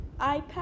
iPad